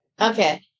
okay